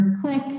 click